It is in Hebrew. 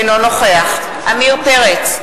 אינו נוכח עמיר פרץ,